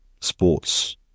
sports